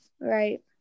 right